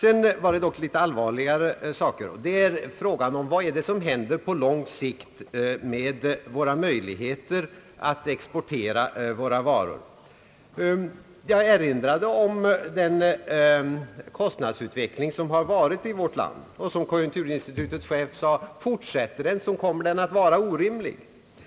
En allvarlig fråga är vad som händer på lång sikt med möjligheterna att exportera våra varor. Jag erinrade om den kostnadsutveckling som har varit i vårt land. Som konjunkturinstitutets chef själv framhåller: Fortsätter den kommer den att bli orimlig.